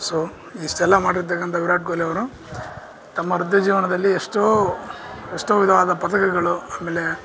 so ಇಷ್ಟೆಲ್ಲಾ ಮಾಡಿರ್ತಕ್ಕಂಥ ವಿರಾಟ್ ಕೊಹ್ಲಿ ಅವರು ತಮ್ಮ ವೃತ್ತಿ ಜೀವನದಲ್ಲಿ ಎಷ್ಟೋ ಎಷ್ಟೋ ವಿಧವಾದ ಪದಕಗಳು ಆಮೇಲೆ